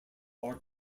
are